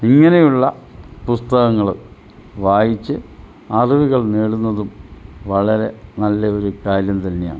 ഇങ്ങനെയുള്ള പുസ്തകങ്ങൾ വായിച്ച് അറിവുകൾ നേടുന്നതും വളരെ നല്ല ഒരു കാര്യം തന്നെയാണ്